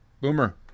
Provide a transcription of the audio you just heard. Boomer